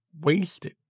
wasted